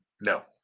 No